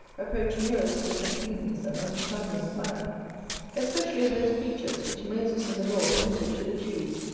approach nearest to the completeness and understanding of man especially of those creatures, which moses in the law permitted to the jews,